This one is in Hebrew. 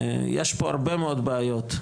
יש פה הרבה מאוד בעיות.